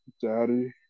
daddy